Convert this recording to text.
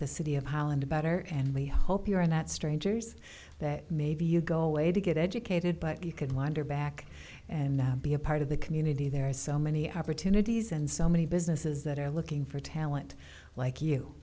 the city of holland better and we hope you're in that strangers that maybe you go away to get educated but you can wander back and be a part of the community there are so many opportunities and so many businesses that are looking for talent like you